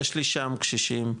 יש לי שם קשישים,